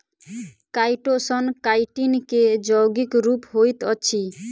chitosan chitin के यौगिक रूप होइत अछि